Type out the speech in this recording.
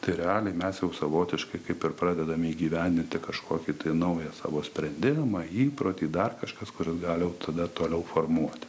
tai realiai mes jau savotiškai kaip ir pradedame įgyvendinti kažkokį naują savo sprendimą įprotį dar kažkas kuris gali jau tada toliau formuoti